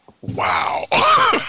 Wow